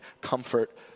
comfort